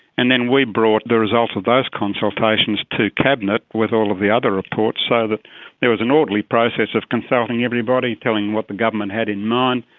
and then we brought the results of those consultations to cabinet with all of the other reports so that there was an orderly process of consulting everybody, telling them what the government had in mind,